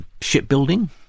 Shipbuilding